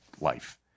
life